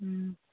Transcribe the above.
হুম